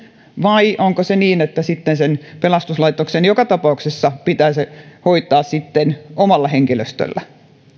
vai onko niin että pelastuslaitoksen joka tapauksessa pitää se sitten hoitaa omalla henkilöstöllä